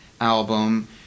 album